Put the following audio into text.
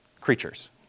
creatures